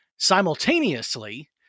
simultaneously